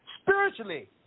Spiritually